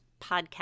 Podcast